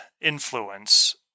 influence